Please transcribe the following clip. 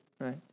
right